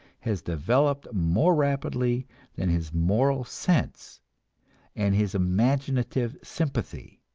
has developed more rapidly than his moral sense and his imaginative sympathy.